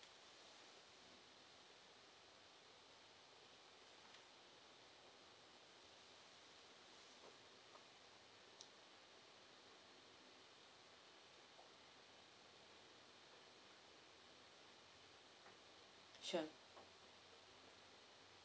sure